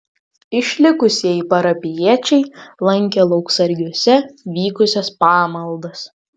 išlikusieji parapijiečiai lankė lauksargiuose vykusias pamaldas